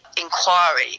inquiry